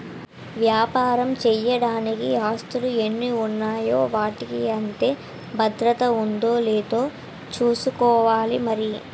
వ్యాపారం చెయ్యడానికి ఆస్తులు ఎన్ని ఉన్నాయో వాటికి అంతే భద్రత ఉందో లేదో చూసుకోవాలి మరి